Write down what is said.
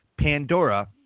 Pandora